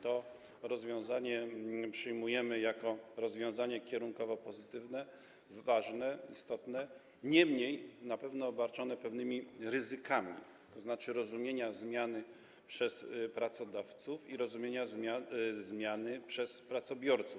To rozwiązanie przyjmujemy jako rozwiązanie kierunkowo pozytywne, ważne, istotne, niemniej na pewno obarczone pewnymi ryzykami, tzn. rozumienia zmiany przez pracodawców i rozumienia zmiany przez pracobiorców.